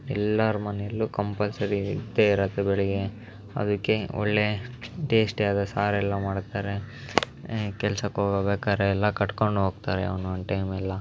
ಎಲ್ಲರ ಮನೆಯಲ್ಲೂ ಕಂಪಲ್ಸರಿ ಇದ್ದೇ ಇರುತ್ತೆ ಬೆಳಿಗ್ಗೆ ಅದಕ್ಕೆ ಒಳ್ಳೆಯ ಟೇಸ್ಟಿ ಆದ ಸಾರೆಲ್ಲ ಮಾಡ್ತಾರೆ ಕೆಲ್ಸಕ್ಕೆ ಹೋಗ್ಬೇಕಾದ್ರೆಲ್ಲ ಕಟ್ಕೊಂಡು ಹೋಗ್ತಾರೆ ಒಂದೊಂದು ಟೈಮ್ ಎಲ್ಲ